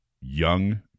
young